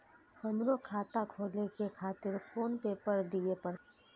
हमरो खाता खोले के खातिर कोन पेपर दीये परतें?